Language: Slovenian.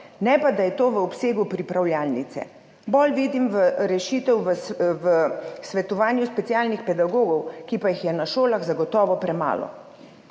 ne pa da je to v obsegu pripravljalnice. Bolj vidim rešitev v svetovanju specialnih pedagogov, ki pa jih je na šolah zagotovo premalo.